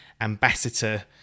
ambassador